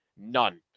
None